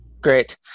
Great